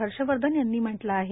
हर्षवर्धन यांनी म्हटलं आहे